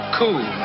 cool